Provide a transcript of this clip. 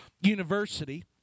University